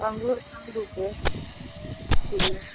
अंगूर संगरू कितने किलो